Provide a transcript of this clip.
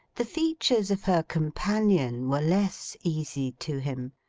the features of her companion were less easy to him.